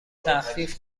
تخفیف